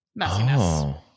messiness